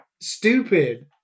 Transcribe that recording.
stupid